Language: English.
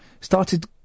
started